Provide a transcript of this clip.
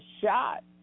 shot